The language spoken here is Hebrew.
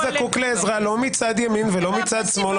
לא מצד ימין ולא מצד שמאל,